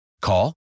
Call